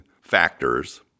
factors